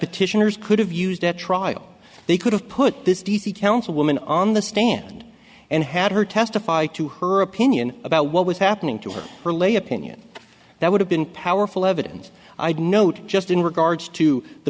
petitioners could have used at trial they could have put this d c council woman on the stand and had her testify to her opinion about what was happening to her or lay opinion that would have been powerful evidence i'd note just in regards to the